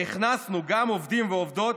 והכנסנו גם עובדים ועובדות